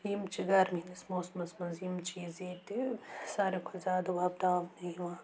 یِم چھِ گَرمی ہِنٛدِس موسمَس منٛز یِم چیٖز ییٚتہِ ساروٕے کھۄتہٕ زیادٕ وۄبداونہٕ یِوان